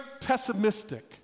pessimistic